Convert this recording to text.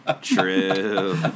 True